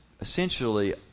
essentially